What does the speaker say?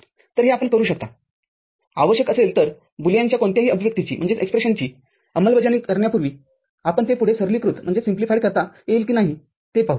तर हे आपण करू शकताआवश्यक असेल तरबुलियनच्या कोणत्याही अभिव्यक्तीची अंमलबजावणी करण्यापूर्वीआपण ते पुढे सरलीकृत करता येईल की नाही ते पाहू